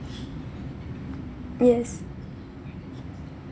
yes